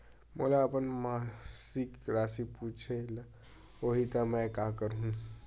मोला अपन मासिक राशि पूछे ल होही त मैं का करहु?